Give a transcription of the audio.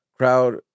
crowd